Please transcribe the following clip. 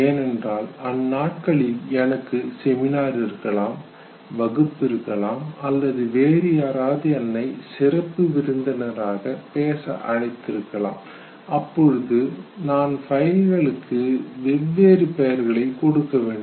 ஏனென்றால் அந்தநாளில் எனக்கு செமினார் இருக்கலாம் வகுப்பு இருக்கலாம் அல்லது வேறு யாராவது என்னை சிறப்பு விருந்தினராக பேச அழைத்திருக்கலாம் அப்போது நான் பைல்களுக்கு வெவ்வேறு பெயர்கள் கொடுக்க வேண்டும்